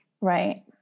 Right